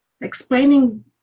explaining